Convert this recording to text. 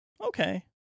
okay